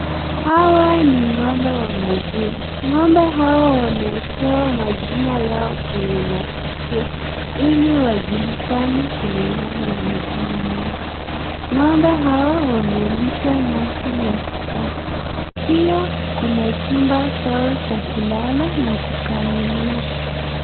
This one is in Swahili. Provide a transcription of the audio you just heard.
Hawa ni ng'ombe wa maziwa. Ng'ombe hawa wameekewa majina yao kwenye masikio, ili wajulikane kulingana na majina yao. Ng'ombe hawa wamelishwa nyasi ya kukata. Pia kuna chumba chao cha kulala na kukamuliwa.